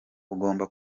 ugomba